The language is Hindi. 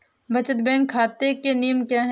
बचत बैंक खाता के नियम क्या हैं?